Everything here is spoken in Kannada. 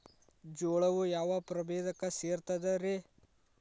ಜೋಳವು ಯಾವ ಪ್ರಭೇದಕ್ಕ ಸೇರ್ತದ ರೇ?